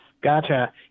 Gotcha